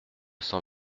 cent